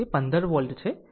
તે 15 વોલ્ટ છે